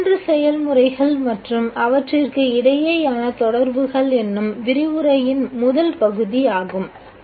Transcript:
இது மூன்று செயல்முறைகள் மற்றும் அவற்றிற்கு இடையேயான தொடர்புகள் என்னும் விரிவுரையின் முதல் பகுதி ஆகும்